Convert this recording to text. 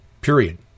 Period